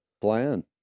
plan